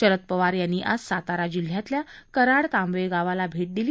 शरद पवार यांनी आज सातारा जिल्ह्यातल्या कराड तांबवे गावाला भेट दिली